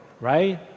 right